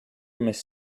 miss